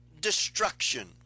destruction